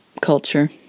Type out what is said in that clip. culture